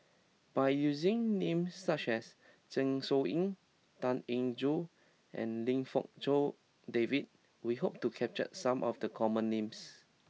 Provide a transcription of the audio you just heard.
by using names such as Zeng Shouyin Tan Eng Joo and Lim Fong Jock David we hope to capture some of the common names